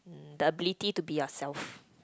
the ability to be yourself